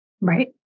Right